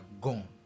gone